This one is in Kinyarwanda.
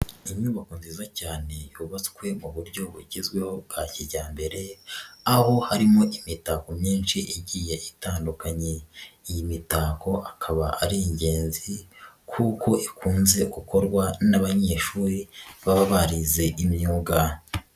Inyubako nziza cyane yubatswe mu buryo bugezweho bwa kijyambere aho harimo imitako myinshi igiye itandukanye, iyi mitako akaba ari ingenzi kuko ikunze gukorwa n'abanyeshuri baba barize imyuga.